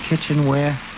kitchenware